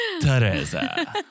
Teresa